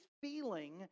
feeling